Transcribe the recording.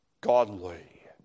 godly